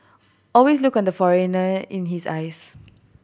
always look at the foreigner in his eyes